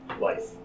life